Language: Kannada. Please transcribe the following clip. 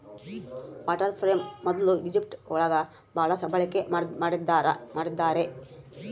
ವಾಟರ್ ಫ್ರೇಮ್ ಮೊದ್ಲು ಈಜಿಪ್ಟ್ ಒಳಗ ಭಾಳ ಬಳಕೆ ಮಾಡಿದ್ದಾರೆ